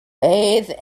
bathe